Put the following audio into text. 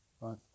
right